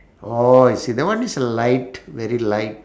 orh I see that one is a light very light